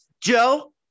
Joe